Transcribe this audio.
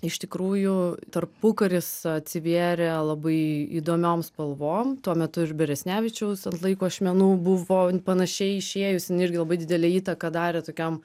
iš tikrųjų tarpukaris atsivėrė labai įdomiom spalvom tuo metu ir beresnevičiaus ant laiko ašmenų buvo panašiai išėjus jinai irgi labai didelę įtaką darė tokiam